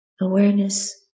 Awareness